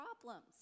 problems